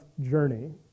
journey